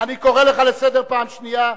אני קורא לך לסדר פעם שנייה.